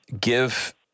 Give